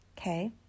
okay